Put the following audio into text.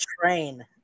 train